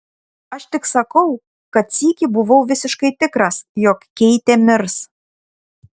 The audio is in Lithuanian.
aš tik sakau kad sykį buvau visiškai tikras jog keitė mirs